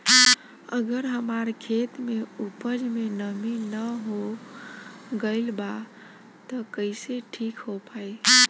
अगर हमार खेत में उपज में नमी न हो गइल बा त कइसे ठीक हो पाई?